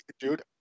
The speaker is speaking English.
dude